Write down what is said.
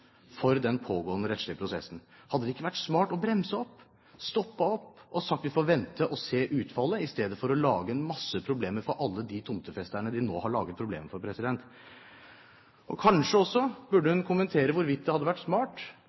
for den pågående rettslige prosessen. Hadde det ikke vært smart å bremse opp, stoppet opp og sagt at vi får vente og se utfallet, istedenfor å lage problemer for alle de tomtefesterne de nå har laget problemer for? Kanskje burde hun også kommentere hvorvidt det hadde vært smart